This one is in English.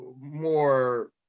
more